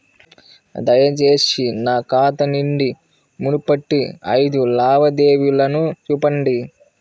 దయచేసి నా ఖాతా నుండి మునుపటి ఐదు లావాదేవీలను చూపండి